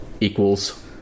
equals